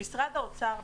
למעשה לא השתנה שום דבר.